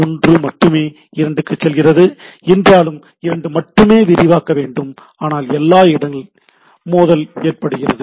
1 மட்டுமே 2 க்கு அனுப்புகிறது என்றாலும் 2 மட்டுமே விரிவாக்க வேண்டும் ஆனால் எல்லா இடங்களிலும் மோதல் ஏற்படுகிறது